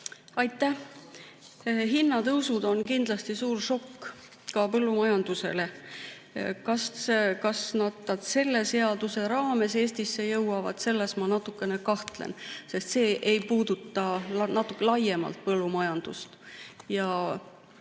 Aitäh! Hinnatõusud on kindlasti suur šokk ka põllumajandusele. Aga selles, kas need selle seaduse raames Eestisse jõuavad, ma natuke kahtlen, sest see ei puuduta laiemalt põllumajandust.